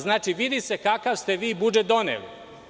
Znači, vidi se kakav ste vi budžet doneli.